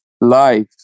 life